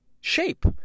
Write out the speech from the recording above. shape